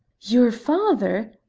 your father!